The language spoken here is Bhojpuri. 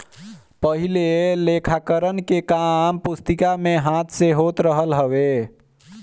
पहिले लेखाकरण के काम पुस्तिका में हाथ से होत रहल हवे